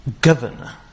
governor